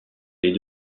les